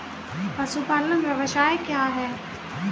पशुपालन व्यवसाय क्या है?